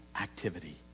activity